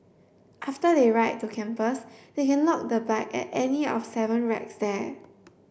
after they ride to campus they can lock the bike at any of seven racks there